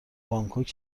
بانکوک